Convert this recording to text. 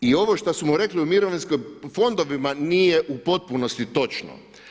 I ovo što su mu rekli u mirovinskim fondovima nije u potpunosti točno.